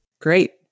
Great